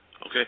Okay